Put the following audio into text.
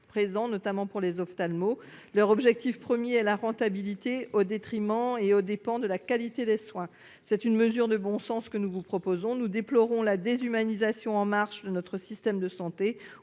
présent, notamment pour les ophtalmos leur objectif 1er est la rentabilité au détriment et aux dépens de la qualité des soins. C'est une mesure de bon sens que nous vous proposons, nous déplorons la déshumanisation en marche notre système de santé